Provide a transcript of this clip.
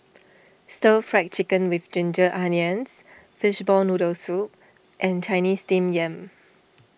Stir Fried Chicken with Ginger Onions Fishball Noodle Soup and Chinese Steamed Yam